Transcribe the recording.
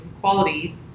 quality